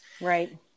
Right